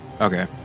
Okay